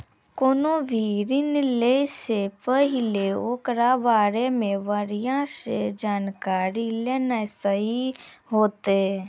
कोनो भी ऋण लै से पहिले ओकरा बारे मे बढ़िया से जानकारी लेना सही होतै